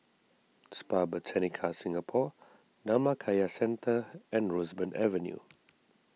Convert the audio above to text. Spa Botanica Singapore Dhammakaya Centre and Roseburn Avenue